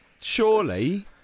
surely